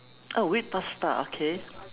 oh wheat pasta okay